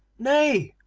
nay,